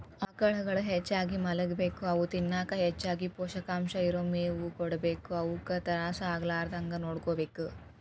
ಆಕಳುಗಳು ಹೆಚ್ಚಾಗಿ ಮಲಗಬೇಕು ಅವು ತಿನ್ನಕ ಹೆಚ್ಚಗಿ ಪೋಷಕಾಂಶ ಇರೋ ಮೇವು ಕೊಡಬೇಕು ಅವುಕ ತ್ರಾಸ ಆಗಲಾರದಂಗ ನೋಡ್ಕೋಬೇಕು